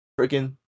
freaking